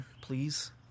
Please